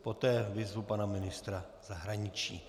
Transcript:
Poté vyzvu pana ministra zahraničí.